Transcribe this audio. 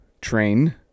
train